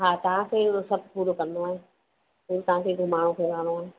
हा तव्हांखे सभु पूरो करिणो आहे तव्हांखे पूरो घुमाइणो फिराइणो आहे